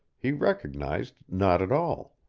he recognized not at all.